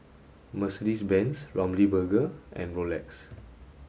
Mercedes Benz Ramly Burger and Rolex